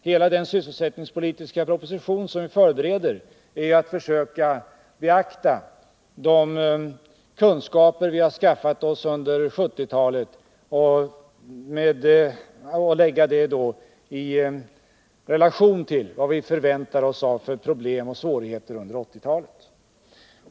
Hela den sysselsättningspolitiska proposition som vi förbereder innebär ett försök att beakta de kunskaper vi har skaffat oss under 1970-talet och sätta dem i relation till vilka problem och svårigheter vi förväntar oss under 1980 talet.